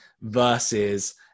versus